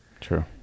True